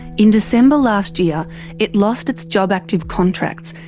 in december last year it lost its jobactive contracts,